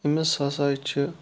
أمِس ہَسا چھِ